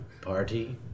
Party